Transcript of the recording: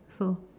so